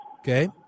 Okay